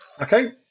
Okay